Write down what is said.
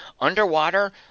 Underwater